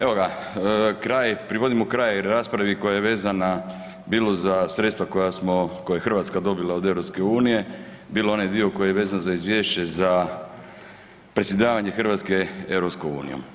Evo ga, kraj, privodimo kraj raspravi koja je vezana bilo za sredstava koja smo, koja je Hrvatska dobila od EU, bilo onaj dio koji je vezan za izvješće za predsjedavanje Hrvatske EU.